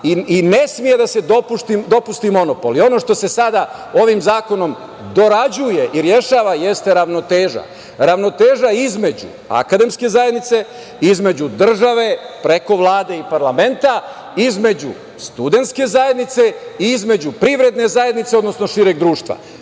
Ne sme da se dopusti monopol. Ono što se sada ovim zakonom dorađuje i rešava jeste ravnoteža između akademske zajednice, između države, preko Vlade i parlamenta, između studentske zajednice i između privredne zajednice, odnosno šireg